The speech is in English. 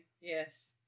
yes